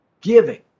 Giving